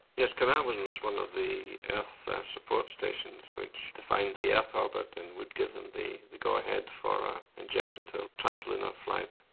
yes, carnarvon was one of the earth support stations which defined the earth orbit and would give them the go-ahead for injection to trans lunar flight.